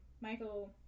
Michael